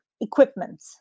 equipment